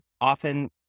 often